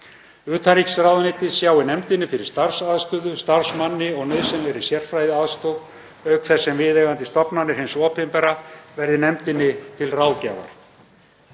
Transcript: Utanríkisráðuneytið sjái nefndinni fyrir starfsaðstöðu, starfsmanni og nauðsynlegri sérfræðiaðstoð auk þess sem viðeigandi stofnanir hins opinbera verði nefndinni til ráðgjafar.